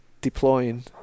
deploying